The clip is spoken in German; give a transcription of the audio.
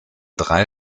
drei